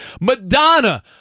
Madonna